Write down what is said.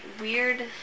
weird